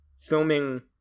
filming